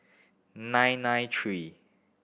nine nine three